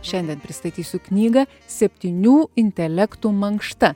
šiandien pristatysiu knygą septynių intelektų mankšta